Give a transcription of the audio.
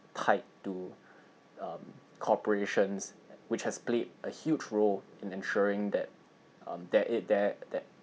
tied to um corporations which has played a huge role in ensuring that um that it there that